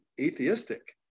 atheistic